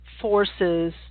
forces